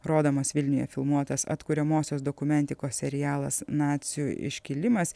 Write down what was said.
rodomas vilniuje filmuotas atkuriamosios dokumentikos serialas nacių iškilimas